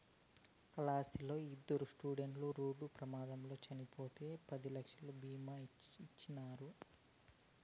కాళహస్తిలా ఇద్దరు స్టూడెంట్లు రోడ్డు ప్రమాదంలో చచ్చిపోతే పది లక్షలు బీమా ఇచ్చినారు